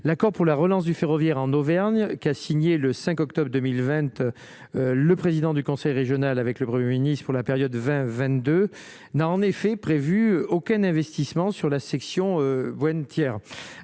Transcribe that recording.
l'accord pour la relance du ferroviaire en Auvergne qui a signé le 5 octobre 2020, le président du conseil régional, avec le 1er sur la période 20 22 n'a en effet prévu aucun investissement sur la section went